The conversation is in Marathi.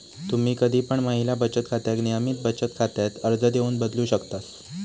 तुम्ही कधी पण महिला बचत खात्याक नियमित बचत खात्यात अर्ज देऊन बदलू शकतास